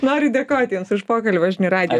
noriu dėkoti jums už pokalbį žinių radijo